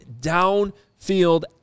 downfield